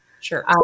Sure